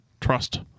Trust